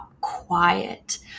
quiet